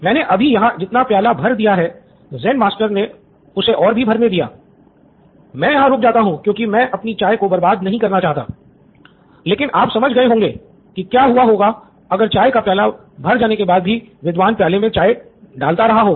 मैंने अभी यहाँ जितना प्याला भर दिया है ज़ेन मास्टर ने उसे और भी भरने दिया मैं यहाँ रुक जाता हूँ क्योंकि मैं अपनी चाय को बर्बाद नहीं करना चाहता लेकिन आप समझ गए होंगे की क्या हुआ होगा अगर चाय का प्याला भर जाने के बाद भी विद्वान प्याली मे चाय डालता रहा होगा